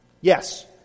Yes